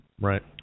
Right